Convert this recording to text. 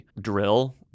drill